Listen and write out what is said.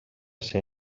ser